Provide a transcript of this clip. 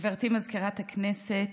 גברתי מזכירת הכנסת,